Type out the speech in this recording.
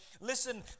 listen